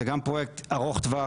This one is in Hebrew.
זה גם פרויקט ארוך טווח,